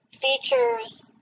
features